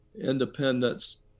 independence